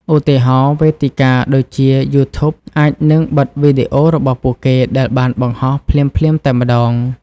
ឧទាហរណ៍ វេទិកាដូចជា យូធូប អាចនឹងបិទវីដេអូរបស់ពួកគេ ដែលបានបង្ហោះភ្លាមៗតែម្ដង។